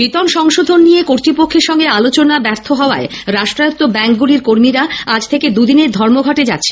বেতন সংশোধন নিয়ে কর্ত্রপক্ষের সঙ্গে আলোচনা ব্যর্থ হওয়ায় রাষ্ট্রায়ত্ব ব্যাঙ্কগুলির কর্মীরা আজ থেকে দুদিনের ধর্মঘটে যাচ্ছেন